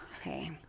Okay